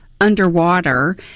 underwater